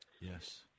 Yes